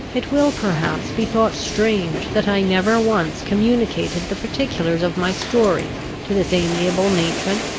it will perhaps be thought strange that i never once communicated the particulars of my story to this amiable matron,